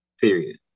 Period